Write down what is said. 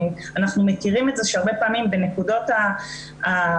אנחנו מכירים את זה שהרבה פעמים בנקודות הפרידה,